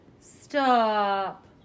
Stop